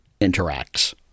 interacts